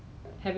yeah